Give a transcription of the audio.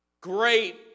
Great